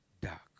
dark